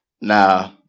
Nah